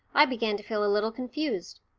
i began to feel a little confused.